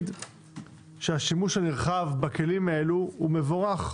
השימוש הנרחב בכלים הללו הוא מבורך.